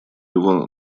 его